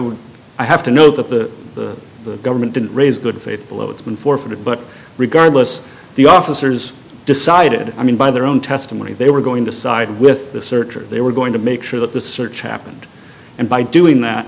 would i have to know that the government didn't raise a good faith below it's been forfeited but regardless the officers decided i mean by their own testimony they were going to side with the searcher they were going to make sure that the search happened and by doing that